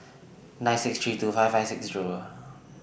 nine six three two five five six Zero